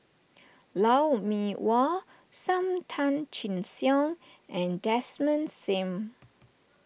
Lou Mee Wah Sam Tan Chin Siong and Desmond Sim